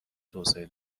توسعه